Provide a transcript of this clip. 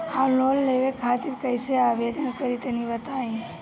हम लोन लेवे खातिर कइसे आवेदन करी तनि बताईं?